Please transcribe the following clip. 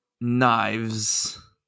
Knives